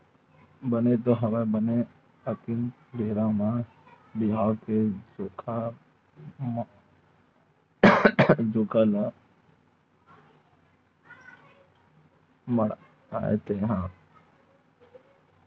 बने तो हवय बने अक्ती बेरा बने बिहाव के जोखा ल मड़हाले तेंहा